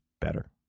better